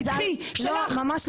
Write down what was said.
קחי, שלך.